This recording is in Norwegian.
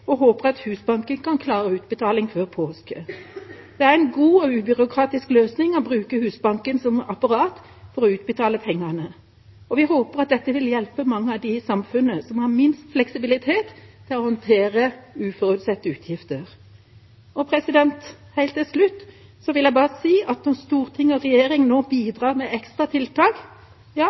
og håper at Husbanken kan klare utbetaling før påske. Det er en god og ubyråkratisk løsning å bruke Husbanken som apparat for å utbetale pengene. Vi håper at dette vil hjelpe mange av dem i samfunnet som har minst fleksibilitet til å håndtere uforutsette utgifter. Helt til slutt vil jeg bare si at når Stortinget og regjeringa nå bidrar med ekstra tiltak,